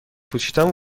پوشیدن